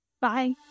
Bye